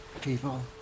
people